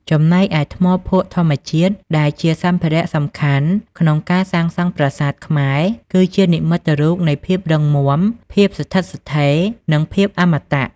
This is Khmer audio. ចំណែកឯ ថ្មភក់ធម្មជាតិ ដែលជាសម្ភារៈសំខាន់ក្នុងការសាងសង់ប្រាសាទខ្មែរ គឺជានិមិត្តរូបនៃ ភាពរឹងមាំ ភាពស្ថិតស្ថេរ និងភាពអមតៈ។